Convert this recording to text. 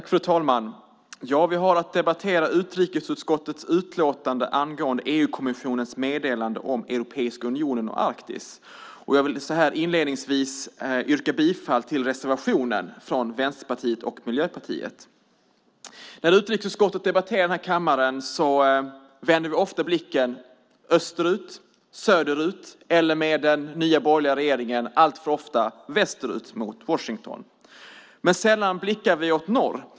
Fru talman! Vi har att debattera utrikesutskottets utlåtande angående EU-kommissionens meddelande om Europeiska unionen och Arktis. Jag vill inledningsvis yrka bifall till reservationen från Vänsterpartiet och Miljöpartiet. När Utrikesutskottet debatterar i denna kammare vänder vi ofta blicken österut, söderut eller, med den nya borgerliga regeringen, alltför ofta västerut mot Washington. Men sällan blickar vi åt norr.